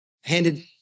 handed